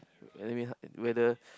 anyway uh whether